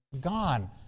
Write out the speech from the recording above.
gone